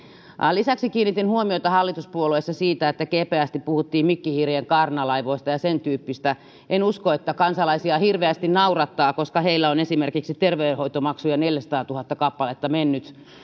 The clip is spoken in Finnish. lisäksi kiinnitin huomiota hallituspuolueissa siihen että kepeästi puhuttiin mikkihiirien kaarnalaivoista ja sen tyyppisistä en usko että kansalaisia hirveästi naurattaa koska heillä on esimerkiksi terveydenhoitomaksuja neljäsataatuhatta kappaletta mennyt